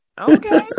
Okay